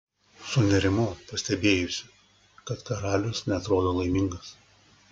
sunerimau pastebėjusi kad karalius neatrodo laimingas